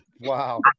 Wow